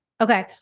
Okay